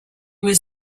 was